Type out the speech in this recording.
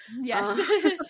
yes